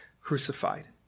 crucified